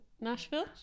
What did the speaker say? Nashville